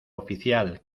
oficial